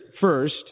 first